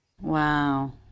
Wow